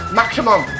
maximum